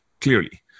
clearly